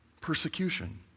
Persecution